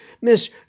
Miss